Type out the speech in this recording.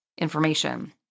information